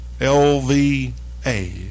L-V-A